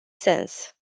sens